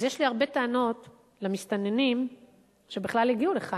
אז יש לי הרבה טענות למסתננים שבכלל הגיעו לכאן,